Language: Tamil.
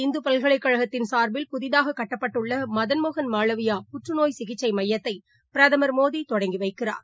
இந்துபல்கலைக்கழகத்தின் சார்பில் புதிதாககட்டப்பட்டுள்ளமதன் மோகன் மாலவியா பனாரஸ் புற்றுநோய் சிகிச்சைமையத்தைபிரதமர் திருமோடிதொடங்கிவைக்கிறார்